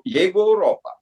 jeigu europa